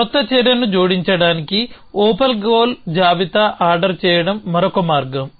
కొత్త చర్యను జోడించడానికి ఓపెన్ గోల్ జాబితాను ఆర్డర్ చేయడం మరొక మార్గం